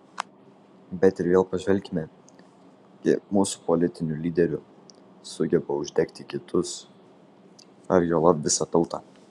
bet ir vėl pažvelkime kiek mūsų politinių lyderių sugeba uždegti kitus ar juolab visą tautą